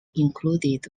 included